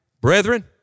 Brethren